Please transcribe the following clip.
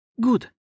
Good